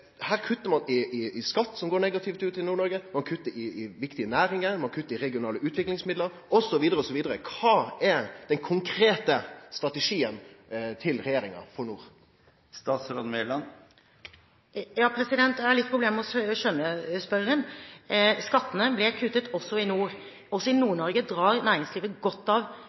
Her kuttar ein i skatt, som slår negativt ut i Nord-Noreg, ein kuttar i viktige næringar, ein kuttar i regionale utviklingsmidlar, osv., osv. Kva er den konkrete strategien til regjeringa for nord? Jeg har litt problemer med å skjønne spørreren. Skattene ble kuttet også i nord. Også i Nord-Norge nyter næringslivet godt av